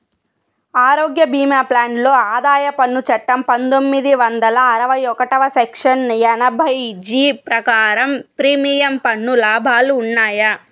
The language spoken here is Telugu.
ఆరోగ్య భీమా ప్లాన్ లో ఆదాయ పన్ను చట్టం పందొమ్మిది వందల అరవై ఒకటి సెక్షన్ ఎనభై జీ ప్రకారం ప్రీమియం పన్ను లాభాలు ఉన్నాయా?